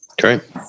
Great